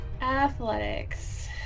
Athletics